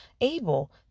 able